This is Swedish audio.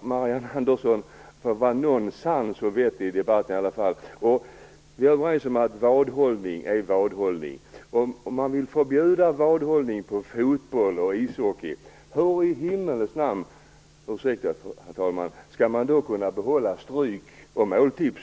Marianne Andersson, det får vara någon sans och något vett i debatten i alla fall. Vi är överens om att vadhållning är vadhållning. Om man vill förbjuda vadhållning på fotboll och ishockey, hur i himmelens namn - ursäkta, herr talman - skall man då kunna behålla stryk och måltips?